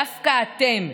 דווקא אתם,